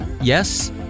Yes